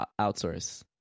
outsource